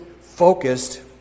focused